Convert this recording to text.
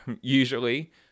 usually